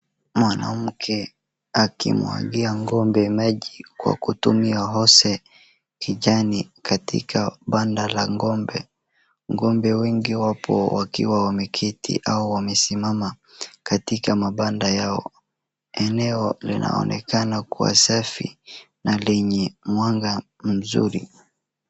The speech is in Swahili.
Mwanamke akimwagia ng'ombe meji kwa kutumia hose kijani katika banda la ng'ombe. Ngombe wengi wapo wakiwa wameketi au wamesimama katika mabanda yao. Eneo linaonekana kuwa safi na lenye mwanga mzuri.